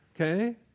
okay